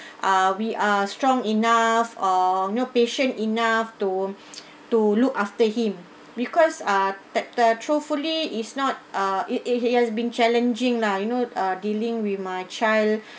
ah we are strong enough or you know patient enough to to look after him because ah that the truthfully is not uh it it it has been challenging lah you know uh dealing with my child